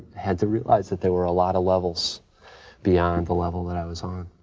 had to realize that there were a lot of levels beyond the level that i was on.